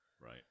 Right